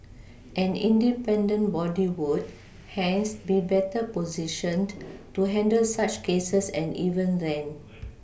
an independent body would hence be better positioned to handle such cases and even then